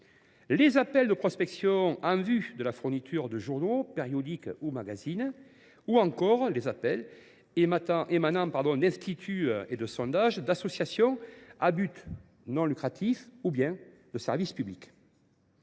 les appels de prospection en vue de la fourniture de journaux, périodiques ou magazines ; ou encore les appels émanant d’instituts d’études et de sondages, d’associations à but non lucratif ou d’un service public.